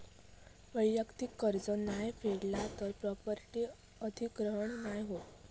वैयक्तिक कर्ज नाय फेडला तर प्रॉपर्टी अधिग्रहण नाय होत